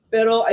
Pero